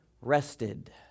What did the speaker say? rested